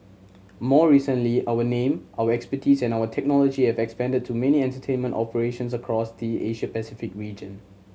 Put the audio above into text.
more recently our name our expertise and our technology have expanded to many entertainment operations across the Asia Pacific region